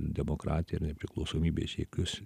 demokratiją nepriklausomybės siekius